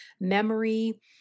memory